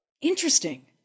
Interesting